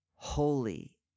Holy